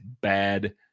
bad